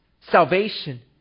Salvation